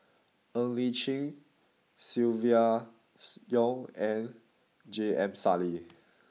Ng Li Chin Silvia Yong and J M Sali